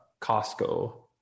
Costco